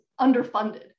underfunded